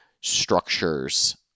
structures